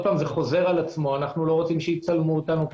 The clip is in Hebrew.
זה חוזר על עצמו אנחנו לא רוצים שיצלמו אותנו,